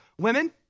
Women